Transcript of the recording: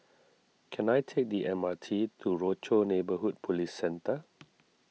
can I take the M R T to Rochor Neighborhood Police Centre